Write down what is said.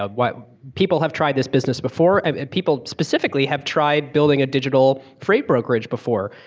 a but people have tried this business before and people specifically have tried building a digital freight brokerage before.